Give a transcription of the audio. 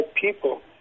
people